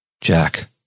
Jack